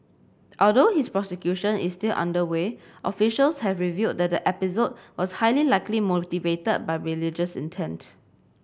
although his prosecution is still underway officials have revealed that the episode was highly likely motivated by religious intent